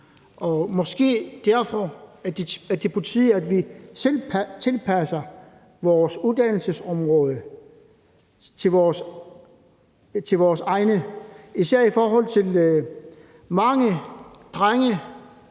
og måske er det derfor på tide, at vi selv tilpasser vores uddannelsesområde til vores egne. Desværre er der mange drenge